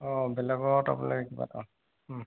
অঁ বেলেগত আপুনি কিবা এটা অঁ